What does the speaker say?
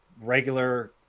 regular